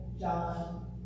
John